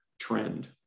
trend